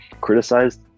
criticized